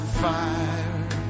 fire